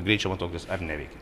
greičio matuoklis ar neveikia